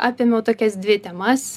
apėmiau tokias dvi temas